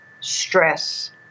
stress